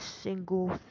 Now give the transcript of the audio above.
single